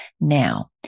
Now